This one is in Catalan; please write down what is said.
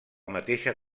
mateixa